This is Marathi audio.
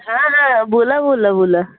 हां हां बोला बोला बोला